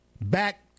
back